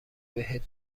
بهت